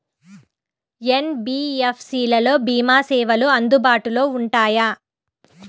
NBFC లలో భీమా సేవలు అందుబాటులో ఉంటాయా?